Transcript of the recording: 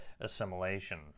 assimilation